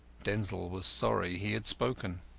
denzil was sorry he had spoken.